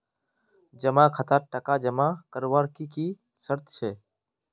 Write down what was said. जमा खातात टका जमा करवार की की शर्त छे?